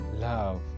love